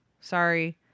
Sorry